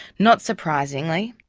not surprisingly,